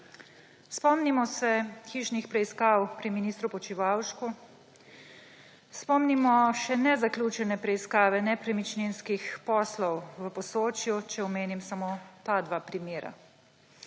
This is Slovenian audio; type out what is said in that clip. Spomnimo se hišnih preiskav pri ministru Počivalšku, spomnimo še nezaključene preiskave nepremičninskih poslov v Posočju, če omenim samo ta dva primera.